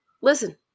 listen